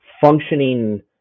functioning